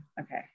okay